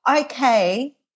okay